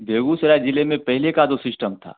बेगूसराय ज़िले में पहले का जो सिश्टम था